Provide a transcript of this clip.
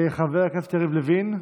חבר הכנסת יריב לוין,